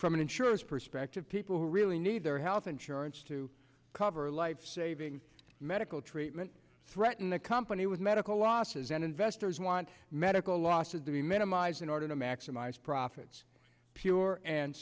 from an insurance perspective people who really need their health insurance to cover life saving medical treatment threaten the company with medical losses and investors want medical loss of the minimize in order to maximize profits pure and